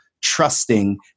trusting